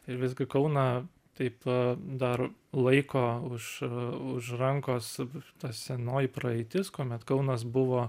ir visgi kauną taip dar laiko už už rankos r ta senoji praeitis kuomet kaunas buvo